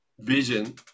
vision